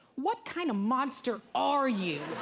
what kind of monster are you?